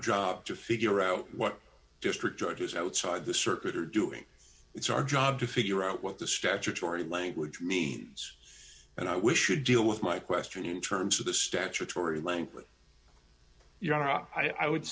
job to figure out what district judges outside the circuit are doing it's our job to figure out what the statutory language means and i wish you'd deal with my question in terms of the statutory language you know i would